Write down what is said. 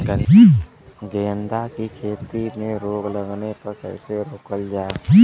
गेंदा की खेती में रोग लगने पर कैसे रोकल जाला?